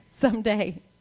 someday